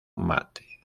mate